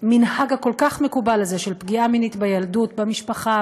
המנהג המקובל כל כך הזה של פגיעה מינית בילדות במשפחה,